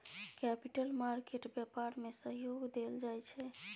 capital market व्यापार में सहयोग देल जाइ छै